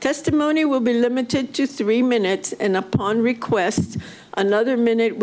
testimony will be limited to three minutes and upon request another minute